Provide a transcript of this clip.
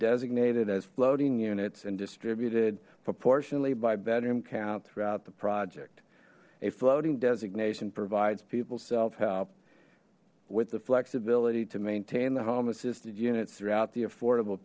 designated as floating units and distributed proportionately by bedroom count throughout the project a floating designation provides people self help with the flexibility to maintain the home assisted units throughout the affordable